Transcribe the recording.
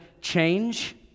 change